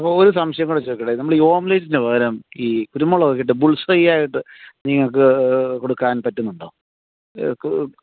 അപ്പോൾ ഒരു സംശയം കൂടെ ചോദിക്കട്ടെ നമ്മൾ ഈ ഓംലെറ്റിന് പകരം ഈ കുരുമുളക് ഒക്കെ ഇട്ട് ബുൾസൈ ആയിട്ട് നിങ്ങൾക്ക് കൊടുക്കാൻ പറ്റുന്നുണ്ടോ